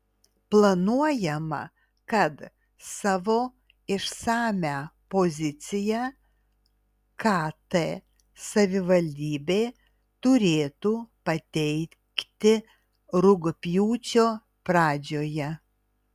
planuojama kad savo išsamią poziciją kt savivaldybė turėtų pateikti rugpjūčio pradžioje